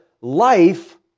life